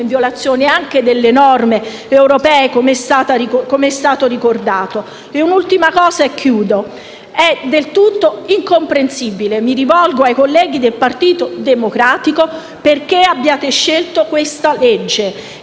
in violazione anche delle norme europee, come è stato ricordato. Aggiungo un'ultima cosa. È del tutto incomprensibile - mi rivolgo ai colleghi del Partito Democratico - perché abbiate scelto questa legge,